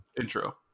intro